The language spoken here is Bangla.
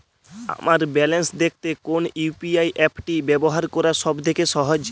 আমার ব্যালান্স দেখতে কোন ইউ.পি.আই অ্যাপটি ব্যবহার করা সব থেকে সহজ?